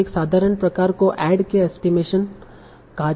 तों एक साधारण प्रकार को ऐड के एस्टीमेशन कहा जाता है